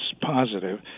positive